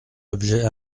objets